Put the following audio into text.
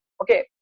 Okay